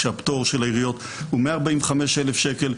כשהפטור של העיריות הוא 145,000 שקל.